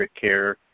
care